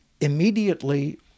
immediately